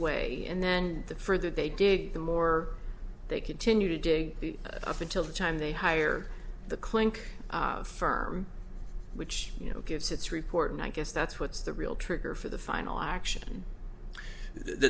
way and then the further they dig the more they continue to dig up until the time they hire the clink firm which you know gives its report and i guess that's what's the real trigger for the final action